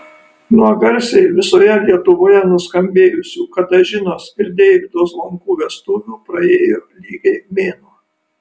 nuo garsiai visoje lietuvoje nuskambėjusių katažinos ir deivydo zvonkų vestuvių praėjo lygiai mėnuo